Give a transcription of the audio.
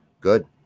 good